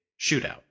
shootout